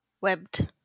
Webbed